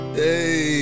Hey